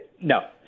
no